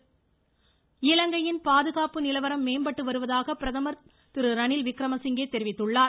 இலங்கை இலங்கையின் பாதுகாப்பு நிலவரம் மேம்பட்டு வருவதாக பிரதம் ரணில்விக்ரம சிங்கே தெரிவித்துள்ளார்